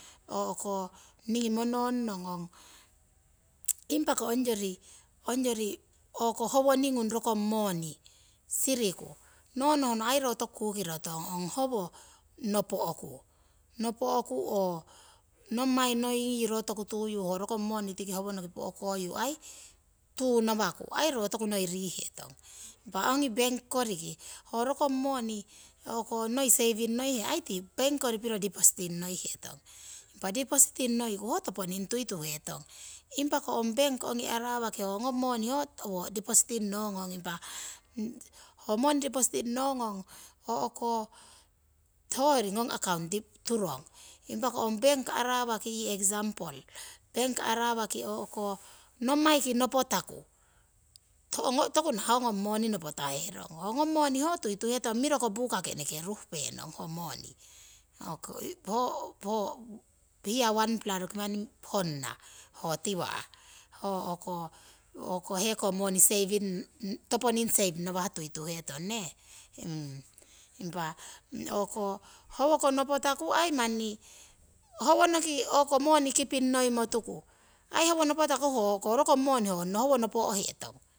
O'ko ningi mononnong ong impa ko ongyori, ongyori rokong howoringung moni siriku no nohno ro aii toku kukirotong ong howo nopo'ku oo nommai noiki yi ro toku tuyu ho rokong moni tiki howonoki po'koyu ai tunawaku aii roo tokunoi rihetong. Impa ongi bank koriki ho rokong moni noi seiving ngoihe aii ti bank kori piro dipositing ngoihetong. Impa dipositi ngoiku ho toponining tuituhetong, impako ong bank arawa ki ho ngong moni ho owo depositing ngon nong ho hoyori ngong accountu turong. Impa ko ong bank arawa ki eksamporo, nommai ki nopotaku, toku nah ho ngong moni ho tuituhetong, miroko buka ki eneke ruhupenong ho moni. Ho hiya nawa' roki honna ho tiwohekowo moni toponing saving save ngawha tuituhetong neh. Impa o'ko howoko nopotaku howonoki moni nongimotuku ai howo nopotaku aii ho rokong moni honna howonno nopo'hetong